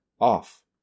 off